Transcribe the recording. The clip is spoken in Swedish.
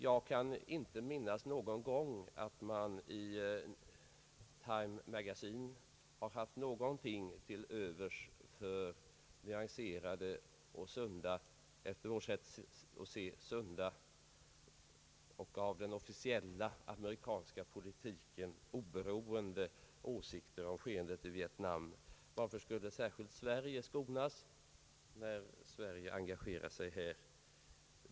Jag kan inte minnas att man någon gång i Time Magazine har haft någonting till övers för nyanserade och enligt vårt sätt att se sunda och av den officiella amerikanska politiken oberoende åsikter om skeendet i Vietnam. Varför skulle särskilt Sverige skonas, när Sverige engagerar sig här?